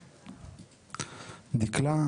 דקלה.